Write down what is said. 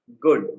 good